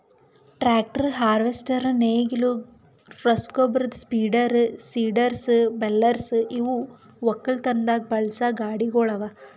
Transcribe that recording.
tractor, harvester, ನೇಗಿಲು, ರಸಗೊಬ್ಬರ spreader, seeders, balers ಇವು ಒಕ್ಕಲತನದಾಗ್ ಬಳಸಾ ಗಾಡಿಗೊಳ್ ಅವಾ